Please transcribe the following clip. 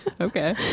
Okay